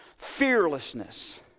fearlessness